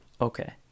Okay